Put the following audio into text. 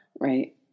Right